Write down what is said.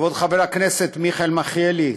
כבוד חבר הכנסת מיכאל מלכיאלי,